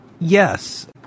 Yes